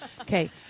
Okay